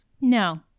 No